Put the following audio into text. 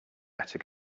better